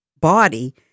body